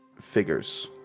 figures